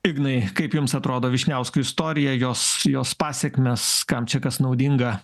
ignai kaip jums atrodo vyšniausko istorija jos jos pasekmės kam čia kas naudinga